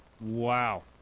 Wow